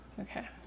Okay